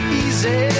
easy